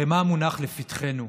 הרי מה מונח לפתחנו,